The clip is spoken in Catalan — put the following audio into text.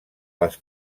les